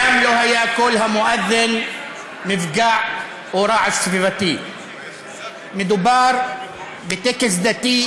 הוא החליט להתעסק להתנגד ולתקוף את היישוב ג'ת.